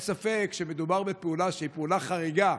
אין ספק שמדובר בפעולה שהיא פעולה חריגה,